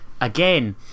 again